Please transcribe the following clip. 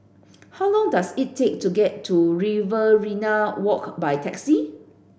how long does it take to get to Riverina Walk by taxi